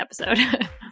episode